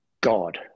God